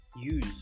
use